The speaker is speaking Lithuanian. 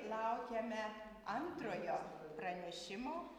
laukiame antrojo pranešimo